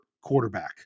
quarterback